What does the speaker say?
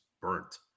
burnt